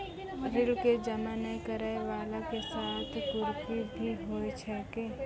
ऋण के जमा नै करैय वाला के साथ कुर्की भी होय छै कि?